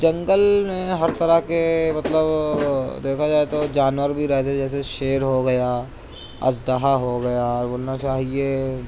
جنگل میں ہر طرح کے مطلب دیکھا جائے تو جانور بھی رہتے جیسے شیر ہوگیا اژدہا ہو گیا اور بولنا چاہیے